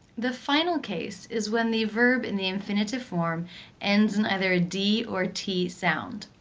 the final case is when the verb in the infinitive form ends in either a d or t sound.